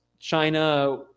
china